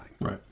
Right